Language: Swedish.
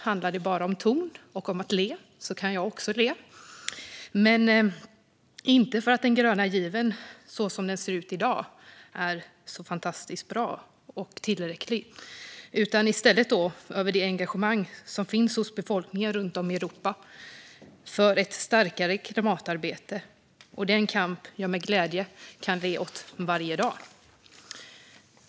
Om det bara handlar om ton och ett leende kan jag också le, men inte för att den gröna given så som den ser ut i dag är så fantastiskt bra och tillräcklig utan i stället över det engagemang som finns hos befolkningen runt om i Europa för ett starkare klimatarbete. Det är en kamp jag med glädje kan le åt varje dag.